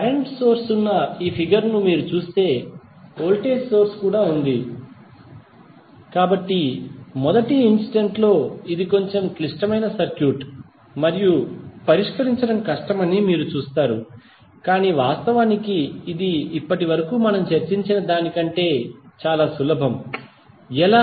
current source ఉన్న ఈ figure ను మీరు చూస్తే వోల్టేజ్ సోర్స్ కూడా ఉంది కాబట్టి మొదటి ఇంస్టెంట్లో ఇది కొంచెం క్లిష్టమైన సర్క్యూట్ మరియు పరిష్కరించడం కష్టమని మీరు చూస్తారు కాని వాస్తవానికి ఇది ఇప్పటివరకు మనము చర్చించిన దానికంటే చాలా సులభం ఎలా